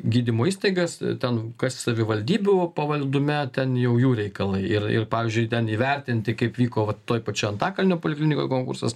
gydymo įstaigas ten kas savivaldybių pavaldume ten jau jų reikalai ir ir pavyzdžiui ten įvertinti kaip vyko vat toj pačioj antakalnio poliklinikoj konkursas